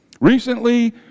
Recently